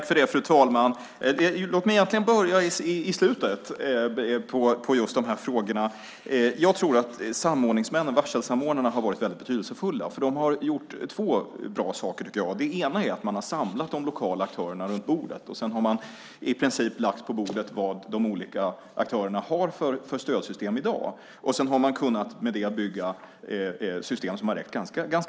Fru talman! Låt mig börja i slutet av frågorna. Jag tror att varselsamordnarna har varit väldigt betydelsefulla. De har gjort två bra saker. Det ena är att de har samlat de lokala aktörerna kring bordet. De har i princip lagt på bordet vad de olika aktörerna har för stödsystem i dag. Sedan har man med det kunnat bygga system som har räckt ganska långt.